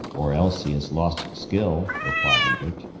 or else he has lost skill! replied ebert.